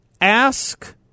Ask